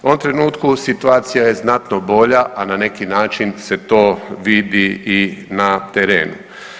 U ovom trenutku situacija je znatno bolja, a na neki način se to vidi i na terenu.